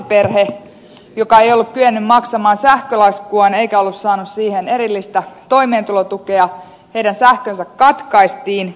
lapsiperheen joka ei ollut kyennyt maksamaan sähkölaskuaan eikä ollut saanut siihen erillistä toimeentulotukea sähköt katkaistiin huom